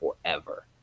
forever